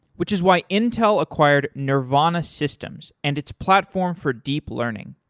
which is why intel acquired nervana systems and its platform for deep learning.